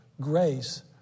grace